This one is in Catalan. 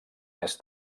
més